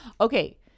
Okay